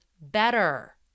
better